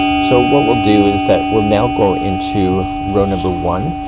so what we'll do, is that we'll now go into row number one.